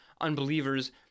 unbelievers